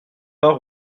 part